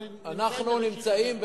אנחנו נמצאים,